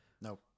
No